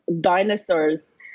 dinosaurs